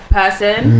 person